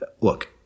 Look